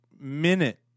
minute